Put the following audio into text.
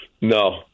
No